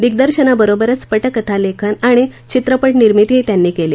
दिगदर्शनाबरोबरच पटकथा लेखन आणि चित्रपटनिर्मितीही त्यांनी केली